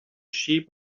sheep